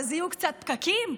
אז יהיו קצת פקקים,